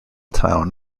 town